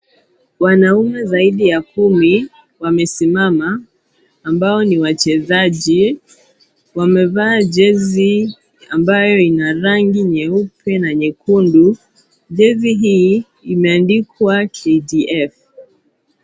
Wanaume zaidi ya kumi wamesima ambao ni wachezaji wamevaa jezi ambayo ina rangi nyeupe na nyekundu. Jezi hii imeandikwa KDF.